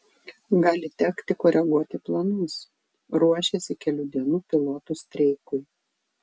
gali tekti koreguoti planus ruošiasi kelių dienų pilotų streikui